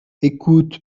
ecoute